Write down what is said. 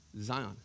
Zion